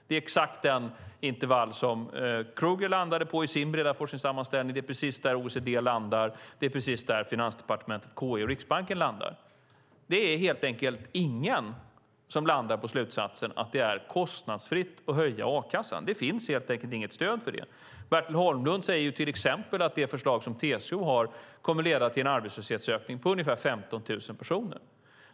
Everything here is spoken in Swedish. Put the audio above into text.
Det är exakt det intervall som Krueger landade på i sin breda forskningssammanställning. Det är precis där OECD landar, och det är precis där som Finansdepartementet, KI och Riksbanken landar. Det är ingen som landar på slutsatsen att det är kostnadsfritt att höja a-kassan. Det finns inget stöd för det. Bertil Holmlund säger till exempel att det förslag som TCO har kommer att leda till en arbetslöshetsökning med ungefär 15 000 personer.